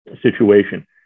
situation